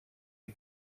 die